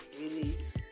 Release